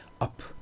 up